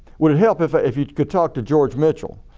would it help if ah if you could talk to george mitchell?